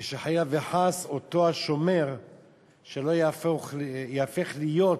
ושחלילה וחס אותו השומר לא ייהפך להיות,